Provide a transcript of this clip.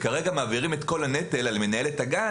כרגע מעבירים את כל הנטל על מנהלת הגן